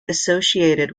associated